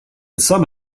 some